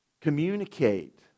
communicate